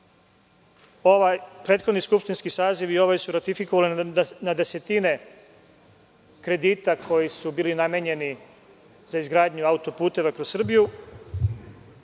Ovaj prethodni skupštinski saziv i ovaj su ratifikovali na desetine kredita koji su bili namenjeni za izgradnju autoputeva kroz Srbiju